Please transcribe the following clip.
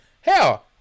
Hell